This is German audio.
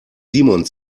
simon